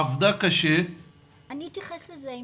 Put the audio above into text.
עבדה קשה --- אני אתייחס לזה.